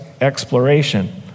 exploration